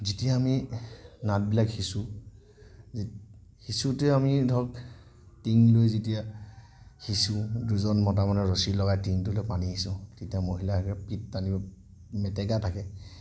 যেতিয়া আমি নাদবিলাক সিঁচো সিঁচোতে আমি ধৰক টিং লৈ যেতিয়া সিঁচো দুজন মতা মানুহে ৰচি লগাই টিঙটোৰে পানী সিঁচোঁ তেতিয়া মহিলাসকলে পিত দাঙি লৈ মেটেকা থাকে